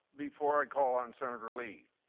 before i call on senator lee,